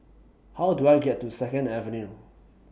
How Do I get to Second Avenue